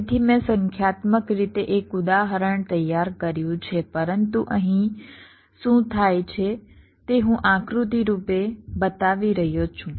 તેથી મેં સંખ્યાત્મક રીતે એક ઉદાહરણ તૈયાર કર્યું છે પરંતુ અહીં શું થાય છે તે હું આકૃતિરૂપે બતાવી રહ્યો છું